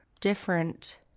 different